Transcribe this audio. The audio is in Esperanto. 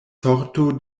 sorto